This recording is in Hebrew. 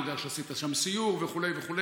אני יודע שעשית שם סיור וכו',